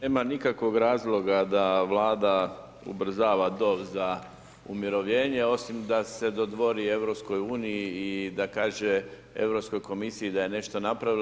Nema nikakvog razloga, da Vlada ubrzava dob za umirovljenje osim da se dodvori EU i da kaže Europskoj komisiji da je nešto napravila.